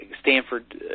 Stanford